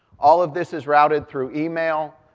all of this is routed through email,